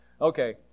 Okay